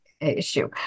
issue